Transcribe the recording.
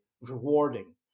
rewarding